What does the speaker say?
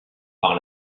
par